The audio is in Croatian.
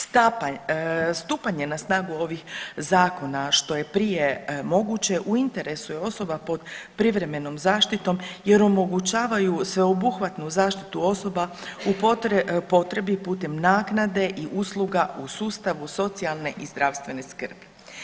Stupanje na snagu ovih zakona što je prije moguće u interesu je osoba pod privremenom zaštitom jer omogućavaju sveobuhvatnu zaštitu osoba u potrebi putem naknadi i usluga u sustavu socijalne i zdravstvene skrbi.